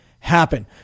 happen